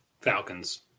Falcons